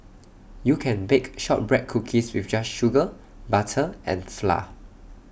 you can bake Shortbread Cookies with just sugar butter and flour